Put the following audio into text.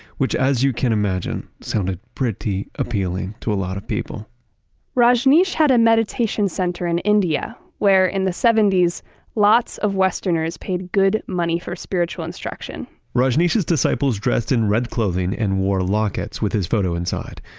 which, as you can imagine, sounded pretty appealing to a lot of people rajneesh had a meditation center in india where in the seventy s lots of westerners paid good money for spiritual instruction rajneesh's disciples dressed in red clothing and wore lockets with his photo inside.